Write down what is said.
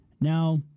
now